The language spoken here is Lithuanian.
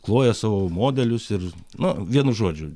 kloja savo modelius ir nu vienu žodžiu